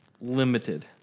limited